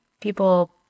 people